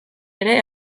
ere